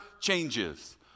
changes